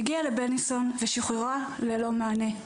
הגיעה לבלינסון ושוחררה ללא מענה.